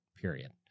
Period